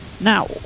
Now